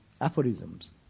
aphorisms